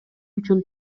үчүн